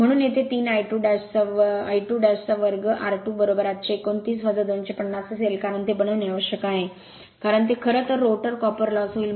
म्हणून येथे 3 I22r 2 829 250 असेल कारण ते बनविणे आवश्यक आहे कारण ते खरं तर रोटर कॉपर लॉस होईल